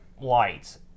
lights